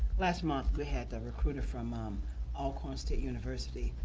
last month, we had the recruiter from um alcorn state university,